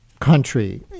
country